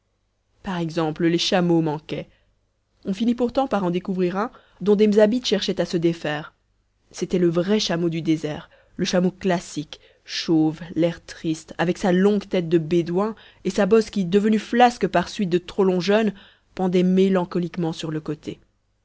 par exemple les chameaux manquaient on finit pourtant par en découvrir un dont des m'zabites cherchaient à se défaire c'était le vrai chameau du désert le chameau classique chauve l'air triste avec sa longue tête de bédouin et sa bosse qui devenue flasque par suite de trop longs jeûnes pendait mélancoliquement sur le côté